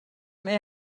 mae